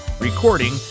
recording